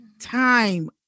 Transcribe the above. time